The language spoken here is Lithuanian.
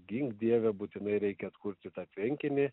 gink dieve būtinai reikia atkurti tą tvenkinį